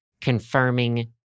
confirming